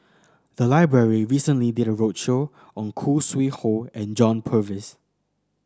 the library recently did a roadshow on Khoo Sui Hoe and John Purvis